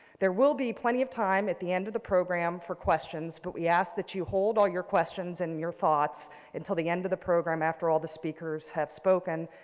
there will be plenty of time at the end of the program for questions, but we ask that you hold all your questions and your thoughts until the end of the program, after all the speakers have spoken,